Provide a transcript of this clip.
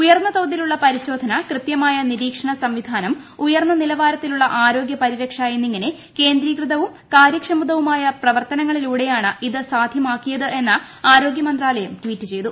ഉയർന്നതോതിലുള്ള പരിശോധന കൃത്യമായ നിരീക്ഷണ സംവിധാനം ഉയർന്ന നിലവാരത്തിലുള്ള ആരോഗ്യപ്പിരിക്ഷ എന്നിങ്ങനെ കേന്ദ്രീകൃതവും കാര്യക്ഷമവുമായി പ്രവർത്തനങ്ങളിലൂടെയാണ് ഇത് സാധ്യമാക്കിയത് എന്ന് ആരോഗ്യ മന്ത്രാലയം ട്വീറ്റ് ചെയ്തു